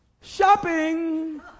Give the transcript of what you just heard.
shopping